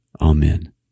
Amen